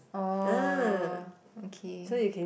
orh okay